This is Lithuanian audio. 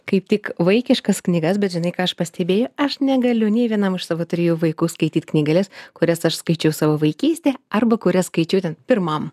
kaip tik vaikiškas knygas bet žinai ką aš pastebėjau aš negaliu nei vienam iš savo trijų vaikų skaityti knygeles kurias aš skaičiau savo vaikystėj arba kurias skaičiau ten pirmam